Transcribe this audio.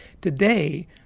Today